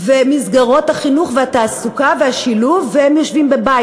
מסגרות החינוך והתעסוקה והשילוב, והם יושבים בבית.